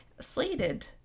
slated